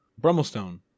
Brummelstone